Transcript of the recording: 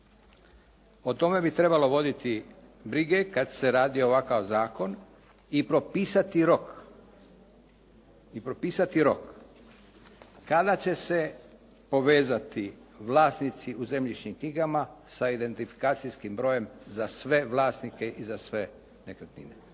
O tome bi trebalo voditi brige kad se radi ovakav zakon i propisati rok kada će se povezati vlasnici u zemljišnim knjigama sa identifikacijskim brojem za sve vlasnike i za sve nekretnine.